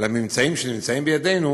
הממצאים שבידנו,